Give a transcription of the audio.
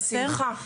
בשמחה.